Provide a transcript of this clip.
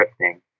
scripting